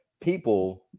people